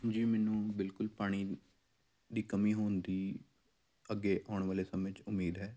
ਹਾਂਜੀ ਮੈਨੂੰ ਬਿਲਕੁਲ ਪਾਣੀ ਦੀ ਕਮੀ ਹੋਣ ਦੀ ਅੱਗੇ ਆਉਣ ਵਾਲੇ ਸਮੇਂ 'ਚ ਉਮੀਦ ਹੈ